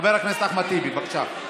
חבר הכנסת אחמד טיבי, בבקשה.